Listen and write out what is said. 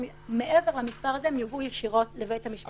מעבר למספר הזה הם יובאו ישירות לבית המשפט.